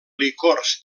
licors